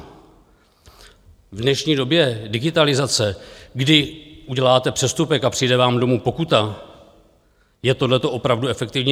V dnešní době digitalizace, kdy uděláte přestupek a přijde vám domů pokuta, je tohleto opravdu efektivní?